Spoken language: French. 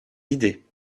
idée